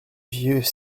vieux